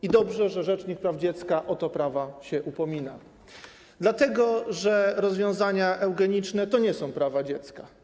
I dobrze, że rzecznik praw dziecka o to prawo się upomina, dlatego że rozwiązania eugeniczne to nie są prawa dziecka.